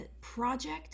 project